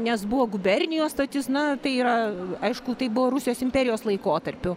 nes buvo gubernijos stotis na tai yra aišku tai buvo rusijos imperijos laikotarpiu